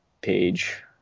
page